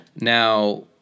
Now